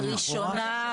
לראשונה.